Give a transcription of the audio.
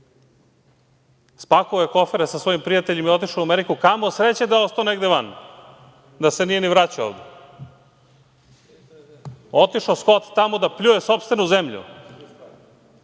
pokazuje. Spakovao je kofere sa svojim prijateljima i otišao u Ameriku, kamo sreće da je ostao negde van, da se nije ni vraćao. Otišao skot tamo da pljuje sopstvenu zemlju.